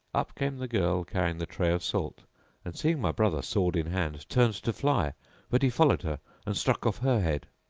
up came the girl carrying the tray of salt and, seeing my brother sword in hand, turned to fly but he followed her and struck off her head.